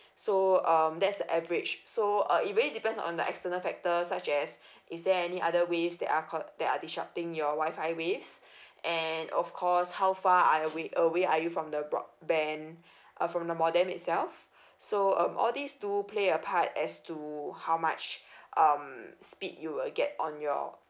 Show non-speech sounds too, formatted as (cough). so um that's the average so uh it really depends uh on the external factors such as (breath) is there any other waves that are caught that are disrupting your wifi waves (breath) and of course how far are you way away are you from the broadband (breath) uh from the modem itself so um all these do play a part as to how much (breath) um speed you will get on your